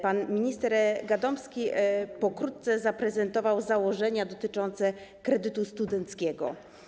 Pan minister Gadomski pokrótce zaprezentował założenia dotyczące kredytu studenckiego.